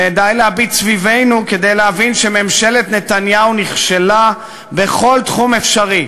די להביט סביבנו כדי להבין שממשלת נתניהו נכשלה בכל תחום אפשרי,